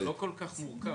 זה לא כל כך מורכב.